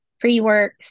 pre-work